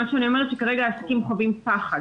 מה שאני אומרת הוא שכרגע העסקים חווים פחד.